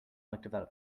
developments